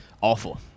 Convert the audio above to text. awful